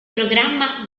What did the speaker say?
programma